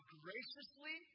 graciously